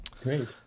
Great